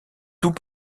tout